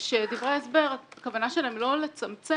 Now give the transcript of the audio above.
דברי ההסבר, הכוונה שלהם היא לא לצמצם